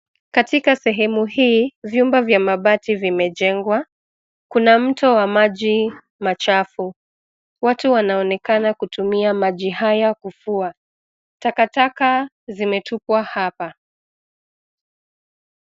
Katika sehemu hii vyumba vya mabati vimejengwa, kuna mto wa maji, machafu, watu wanaonekana kutumia maji haya kufua. Takataka zimetupwa hapa.